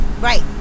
Right